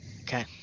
Okay